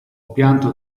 pianto